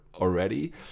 already